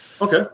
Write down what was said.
Okay